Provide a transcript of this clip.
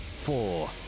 four